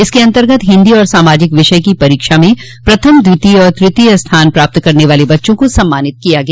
इसके अन्तर्गत हिन्दी और सामाजिक विषय की परीक्षा में प्रथम द्वितीय और तृतीय स्थान प्राप्त करने वाले बच्चों को सम्मानित किया गया